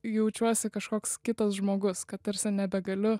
jaučiuosi kažkoks kitas žmogus kad tarsi nebegaliu